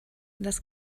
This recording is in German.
das